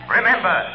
Remember